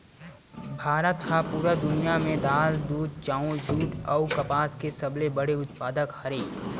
भारत हा पूरा दुनिया में दाल, दूध, चाउर, जुट अउ कपास के सबसे बड़े उत्पादक हरे